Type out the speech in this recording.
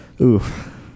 Oof